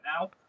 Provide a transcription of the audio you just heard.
now